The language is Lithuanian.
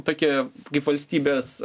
tokia kaip valstybės